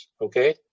okay